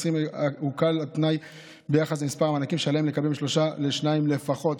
הוקל התנאי ביחס למספר המענקים שעליהם לקבל משלושה לשניים לפחות,